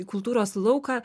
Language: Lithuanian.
kultūros lauką